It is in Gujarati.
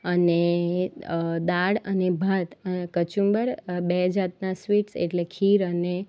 અને દાળ અને ભાત કચુંબર બે જાતના સ્વિટ્સ એટલે ખીર અને